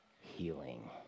healing